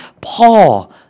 Paul